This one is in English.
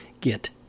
get